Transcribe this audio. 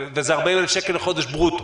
וזה 40,000 שקל לחודש ברוטו.